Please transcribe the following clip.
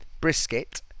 brisket